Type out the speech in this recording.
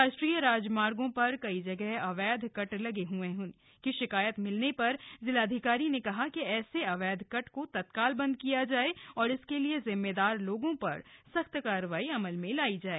राष्ट्रीय राजमार्गों पर कई जगह अवैध कट लगे होने की शिकायत पर जिलाधिकारी ने कहा कि ऐसे अवैध कट को तत्काल बंद किया जाए और इसके लिए जिम्मेदार लोगों पर सख्त कार्रवाई अमल में लायी जाए